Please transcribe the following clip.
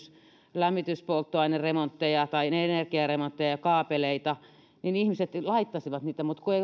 lämmityspolttoaineremontteja tai energiaremontteja ja kaapeleita ihmiset laittaisivat niitä mutta kun ei